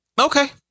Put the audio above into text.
Okay